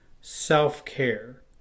self-care